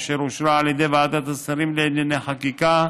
אשר אושרה על ידי ועדת השרים לענייני חקיקה,